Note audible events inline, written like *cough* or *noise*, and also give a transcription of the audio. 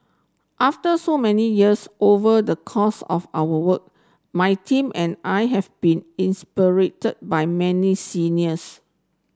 after so many years over the course of our work my team and I have been *unintelligible* by many seniors